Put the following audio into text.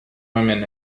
women